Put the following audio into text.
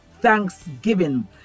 thanksgiving